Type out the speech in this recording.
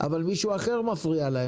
אבל מישהו אחר מפריע להם.